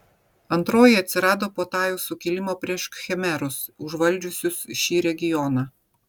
antroji atsirado po tajų sukilimo prieš khmerus užvaldžiusius šį regioną